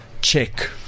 check